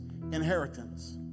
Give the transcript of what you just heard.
inheritance